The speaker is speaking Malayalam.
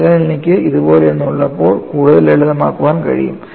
അതിനാൽ എനിക്ക് ഇതുപോലൊന്ന് ഉള്ളപ്പോൾ കൂടുതൽ ലളിതമാക്കാൻ എനിക്ക് കഴിയും